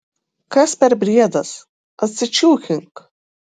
kas per briedas atsičiūchink